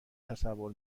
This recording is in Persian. تصور